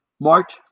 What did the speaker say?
march